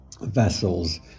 vessels